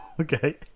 okay